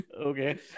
Okay